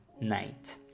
night